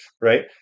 right